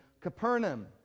Capernaum